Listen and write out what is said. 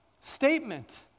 statement